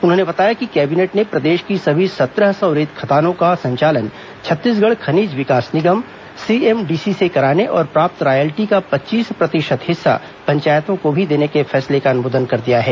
उन्होंने बताया कि कैबिनेट ने प्रदेश की सभी सत्रह सौ रेत खदानों का संचालन छत्तीसगढ़ खनिज विकास निगम सीएमडीसी से कराने और प्राप्त रायल्टी का पच्चीस प्रतिशत हिस्सा पंचायतों को भी देने के फैसले का अनुमोदन कर दिया है